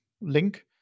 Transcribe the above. link